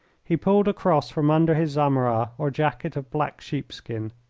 he pulled a cross from under his zammara or jacket of black sheepskin.